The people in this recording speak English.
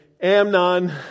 Amnon